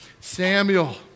Samuel